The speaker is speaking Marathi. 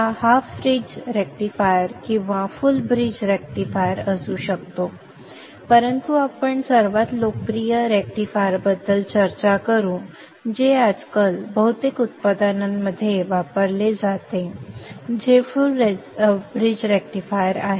हा हाफ ब्रिज रेक्टिफायर किंवा फुल ब्रिज रेक्टिफायर असू शकतो परंतु आपण सर्वात लोकप्रिय रेक्टिफायरबद्दल चर्चा करू जे आजकाल बहुतेक उत्पादनांमध्ये वापरले जाते जे फुल ब्रिज रेक्टिफायर आहे